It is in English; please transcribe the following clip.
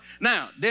Now